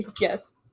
Yes